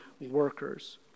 workers